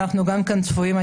אנחנו צפויים גם מרוסיה.